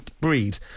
breed